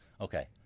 Okay